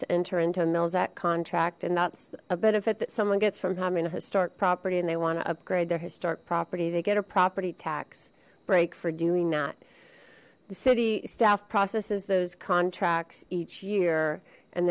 to enter into a mills at contract and that's a benefit that someone gets from having a historic property and they want to upgrade their historic property they get a property tax break for doing that the city staff processes those contracts each year and